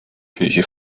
kirche